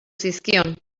zizkion